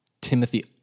Timothy